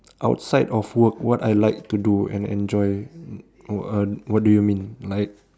outside of work what I like to do and enjoy oh uh what do you mean like